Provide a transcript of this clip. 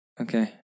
Okay